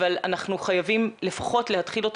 אבל אנחנו חייבים לפחות להתחיל אותו